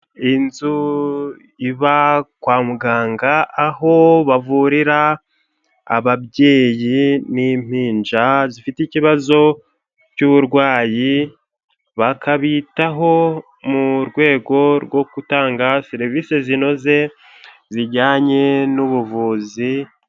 Inzu iba kwa muganga aho bavurira ababyeyi n'impinja zifite ikibazo cy'uburwayi bakabitaho mu rwego rwo gutanga serivise zinoze zijyanye n'ubuvuzi.